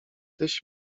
tyś